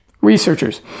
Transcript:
researchers